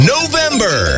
November